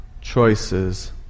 choices